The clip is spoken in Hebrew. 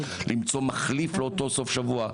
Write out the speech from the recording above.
למצוא מחליף לאותו סוף שבוע,